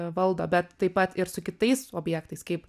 valdo bet taip pat ir su kitais objektais kaip